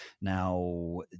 Now